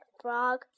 Frog